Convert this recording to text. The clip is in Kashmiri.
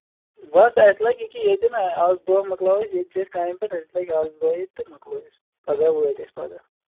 بَس اَسہِ لَگہِ ییٚکیاہ ییٚتٮ۪ن آز دۄہ مۄکلاوو أسۍ ییٚتھی اَسہِ کامہِ پٮ۪ٹھ اَسہِ لَگہِ اکھ زٕ دۄہ ییٚتہِ تہٕ مۄکلو أسۍ پَگاہ وٲتۍ أسۍ پَگاہ